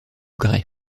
grey